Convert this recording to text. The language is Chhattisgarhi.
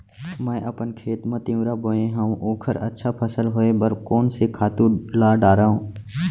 मैं अपन खेत मा तिंवरा बोये हव ओखर अच्छा फसल होये बर कोन से खातू ला डारव?